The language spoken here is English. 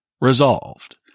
Resolved